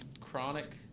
chronic